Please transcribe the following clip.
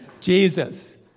Jesus